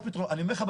אני אומר לך,